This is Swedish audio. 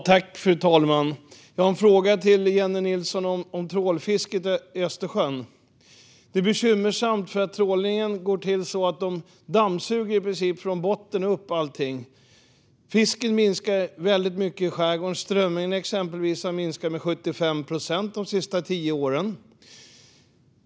Fru talman! Jag har en fråga till Jennie Nilsson om trålfisket i Östersjön. Det här är bekymmersamt. Trålningen går till så att de i princip dammsuger allt från botten och upp. Fisken i skärgården minskar väldigt mycket. Exempelvis har strömmingen minskat med 75 procent de senaste tio åren.